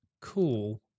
cool